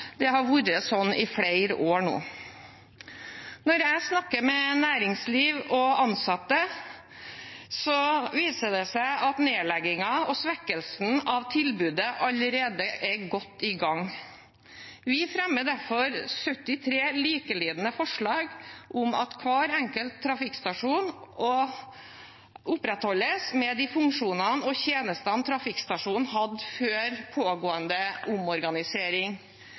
Det har vært sånn i flere år nå. Når jeg snakker med næringsliv og ansatte, viser det seg at nedleggingen og svekkelsen av tilbudet allerede er godt i gang. Vi fremmer derfor, sammen med Senterpartiet og SV, 73 likelydende forslag om at hver enkelt trafikkstasjon opprettholdes med de funksjonene og tjenestene trafikkstasjonen hadde før pågående omorganisering.